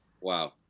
Wow